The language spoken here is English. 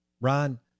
Ron